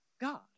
God